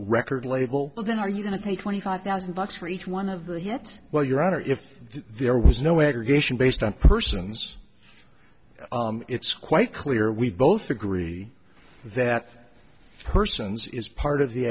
record label then are you going to pay twenty five thousand bucks for each one of the hits well your honor if there was no aggregation based on persons it's quite clear we both agree that persons is part of the